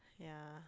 yeah